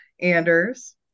Anders